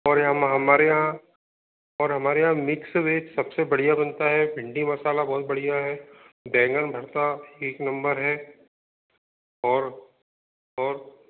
और हमारे यहाँ और हमारे यहाँ मिक्स वेज सबसे बढ़िया बनता है भिंडी मसाला बहुत बढ़िया है बैंगन भर्ता एक नंबर है और और